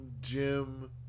Jim